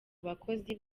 abakozi